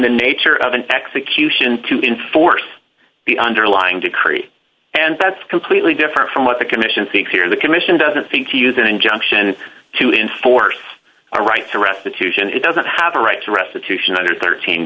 the nature of an execution to enforce the underlying decree and that's completely different from what the commission seeks here the commission doesn't think to use an injunction to enforce a right to restitution it doesn't have a right to restitution under thirteen